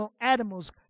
animals